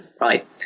right